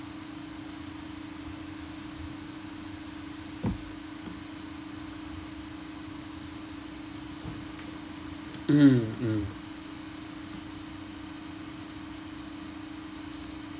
mm mm